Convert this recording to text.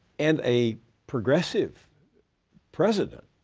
and a progressive president,